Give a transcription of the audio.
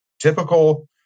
Typical